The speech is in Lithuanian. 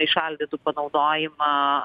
įšaldytų panaudojimą